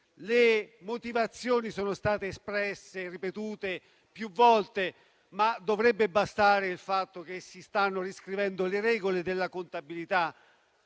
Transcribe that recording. Le motivazioni sono state espresse e ripetute più volte, ma dovrebbe bastare il fatto che si stanno riscrivendo le regole della contabilità